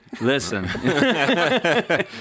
Listen